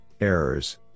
Errors